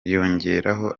yongeraho